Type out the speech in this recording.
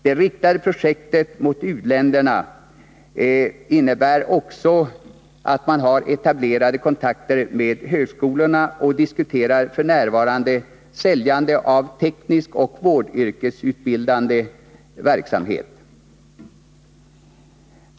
Det riktade projektet, som gäller u-länderna, innebär också att man har etablerade kontakter med högskolorna. F. n. diskuterar man försäljning av teknisk och vårdyrkesutbildande verksamhet.